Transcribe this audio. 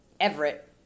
Everett